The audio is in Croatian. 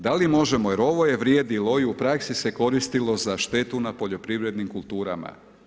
Da li možemo, jer ovo je vrijedilo i u praksi se koristilo za štetu na poljoprivrednim kulturama.